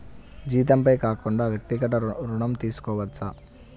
జీతంపై కాకుండా వ్యక్తిగత ఋణం తీసుకోవచ్చా?